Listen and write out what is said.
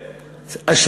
איך?